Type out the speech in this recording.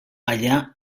allà